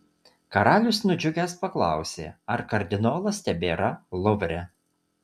karalius nudžiugęs paklausė ar kardinolas tebėra luvre